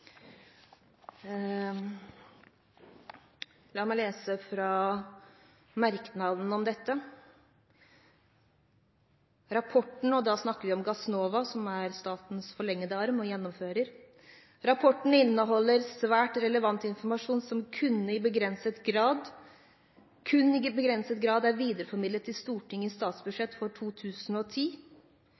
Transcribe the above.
La meg lese fra merknaden om dette: «Rapporten» – og da snakker vi om Gassnova, som er statens forlengede arm og gjennomfører – «inneholder svært relevant informasjon som kun i begrenset grad er videreformidlet til Stortinget i statsbudsjettet for 2010